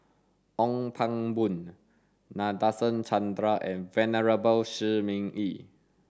Ong Pang Boon Nadasen Chandra and Venerable Shi Ming Yi